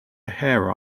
hair